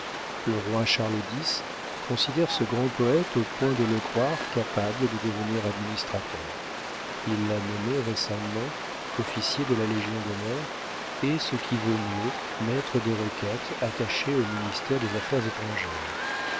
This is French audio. le roi charles x considère ce grand poëte au point de le croire capable de devenir administrateur il l'a nommé récemment officier de la légion-d'honneur et ce qui vaut mieux maître des requêtes attaché au ministère des affaires étrangères